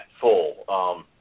full